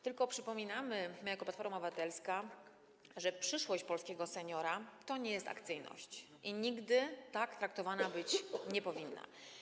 Tylko przypominamy, my jako Platforma Obywatelska, że przyszłość polskiego seniora to nie jest akcyjność i nigdy tak traktowana być nie powinna.